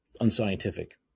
unscientific